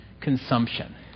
consumption